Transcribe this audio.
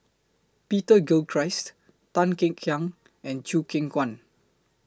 Peter Gilchrist Tan Kek Hiang and Chew Kheng Chuan